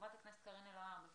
חברת הכנסת קארין אלהרר, בבקשה.